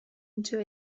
into